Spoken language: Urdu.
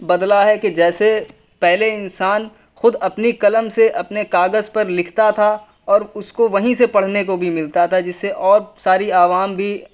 بدلا ہے کہ جیسے پہلے انسان خود اپنی قلم سے اپنے کاغذ پر لکھتا تھا اور اس کو وہیں سے پڑھنے کو بھی ملتا تھا جس سے اور ساری عوام بھی